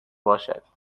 باشد